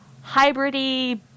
hybrid-y